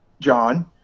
John